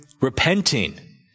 repenting